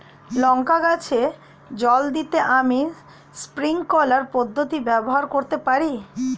লঙ্কা গাছে জল দিতে আমি স্প্রিংকলার পদ্ধতি ব্যবহার করতে পারি?